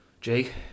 Jake